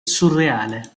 surreale